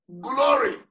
glory